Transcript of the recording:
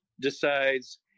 decides